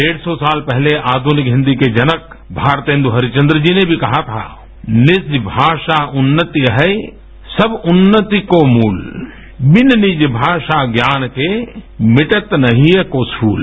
डेढ़ सौ साल पहले आध्निक हिंदी के जनक भारतेंद् हरीशचंद्र जी ने भी कहा था निज भाषा उन्नति अहै सब उन्नति को मूलबिन निज भाषा ज्ञान के मिटत न हिय को सूल